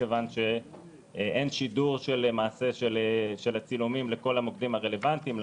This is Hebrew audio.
כיוון שאין שידור של צילומים לכל המוקדים הרלוונטיים,